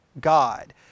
God